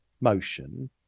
motion